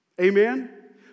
Amen